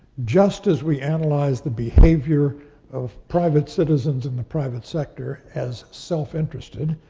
just as we analyzed the behavior of private citizens in the private sector as self-interested,